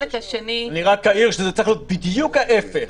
אני רק אעיר, שזה צריך להיות בדיוק ההפך.